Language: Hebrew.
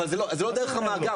אבל זה לא דרך המאגר.